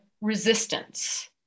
resistance